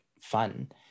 fun